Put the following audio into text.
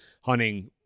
hunting